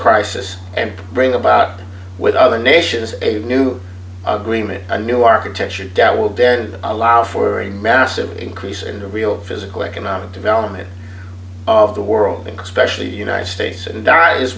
crisis and bring about with other nations a new agreement a new architecture doubt will bend allow for a massive increase in the real physical economic development of the world thinks pressure the united states and diet is